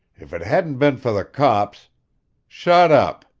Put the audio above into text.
if it hadn't been for the cops shut up!